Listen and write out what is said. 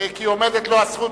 כי עכשיו עומדת לו הזכות